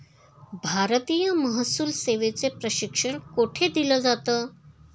भारतीय महसूल सेवेचे प्रशिक्षण कोठे दिलं जातं?